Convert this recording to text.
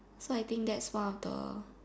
so I think that's one of the